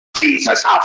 Jesus